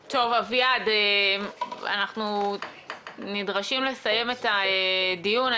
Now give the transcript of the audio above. אביעד, אנחנו נדרשים לסיים את הדיון.